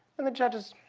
and the judges,